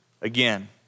again